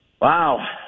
Wow